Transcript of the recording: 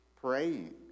praying